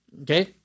Okay